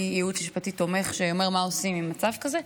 ייעוץ משפטי תומך שאומר מה עושים במצב כזה.